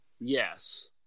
Yes